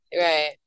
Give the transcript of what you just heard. right